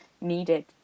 needed